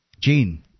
Gene